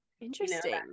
Interesting